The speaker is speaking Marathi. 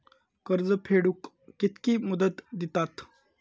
कर्ज फेडूक कित्की मुदत दितात?